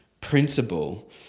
principle